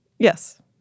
Yes